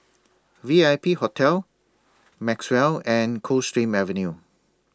V I P Hotel Maxwell and Coldstream Avenue